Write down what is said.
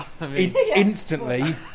instantly